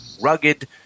rugged